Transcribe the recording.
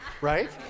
Right